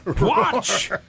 Watch